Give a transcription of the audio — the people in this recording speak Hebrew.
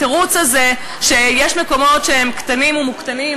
התירוץ הזה שיש מקומות שהם קטנים ומוקטנים,